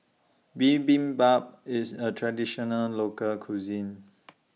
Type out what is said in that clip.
Bibimbap IS A Traditional Local Cuisine